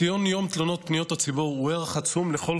ציון יום תלונות פניות הציבור הוא ערך עצום לכל